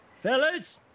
Fellas